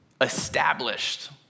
established